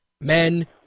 Men